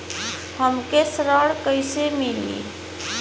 हमके ऋण कईसे मिली?